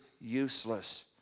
useless